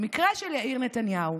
במקרה של יאיר נתניהו,